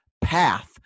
path